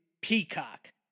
Peacock